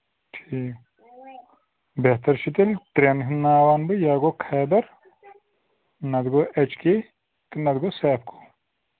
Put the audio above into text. ٹھیٖک بہتر چھُ تیٚلہِ ترٛٮ۪ن ہُنٛد ناو وَنہٕ بہٕ یا گوٚو کھیبَر نتہٕ گوٚو اٮ۪چ کے تہٕ نتہٕ گوٚو سیفکو